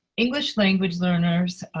english language learners,